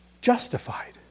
justified